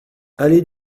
allée